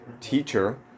teacher